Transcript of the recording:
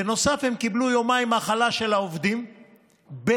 בנוסף הם קיבלו יומיים מחלה של העובדים בתשלום,